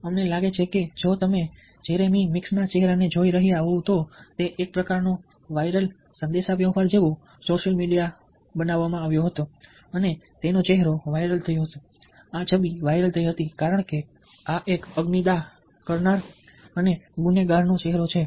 અમને લાગે છે કે જો તમે જેરેમી મીક્સ ના ચહેરાને જોઈ રહ્યા હોવ તો તે એક પ્રકારનો વાયરલ સંદેશાવ્યવહાર જેવો સોશિયલ મીડિયા બનાવવામાં આવ્યો હતો અને તેનો ચહેરો વાયરલ થયો હતો આ છબી વાયરલ થઈ હતી કારણ કે આ એક અગ્નિદાહ કરનાર અને ગુનેગારનો ચહેરો છે